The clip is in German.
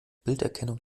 bilderkennung